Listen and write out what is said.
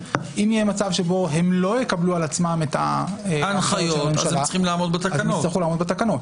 הם לא יקבלו על עצמם את ההנחיות של הממשלה אז הם יצטרכו לעמוד בתקנות.